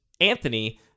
Anthony